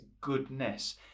goodness